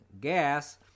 Gas